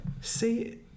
see